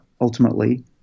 ultimately